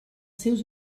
seus